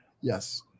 Yes